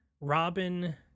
Robin